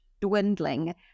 dwindling